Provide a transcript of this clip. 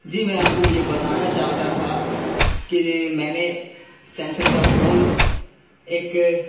جی میں آپ کو یہ بتانا چاہتا تھا کہ یہ میں نے سیمسنگ کا فون ایک